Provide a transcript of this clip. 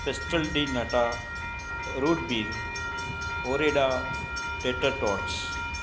pistol डी नटा रुट बीर ओरेडा टेटर टोट्स